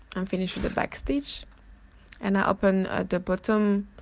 i'm finished the back stitch and i open at the bottom